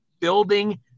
Building